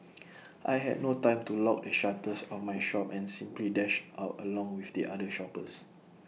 I had no time to lock the shutters of my shop and simply dashed out along with the other shoppers